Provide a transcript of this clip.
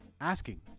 asking